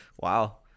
Wow